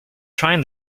trying